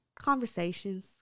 conversations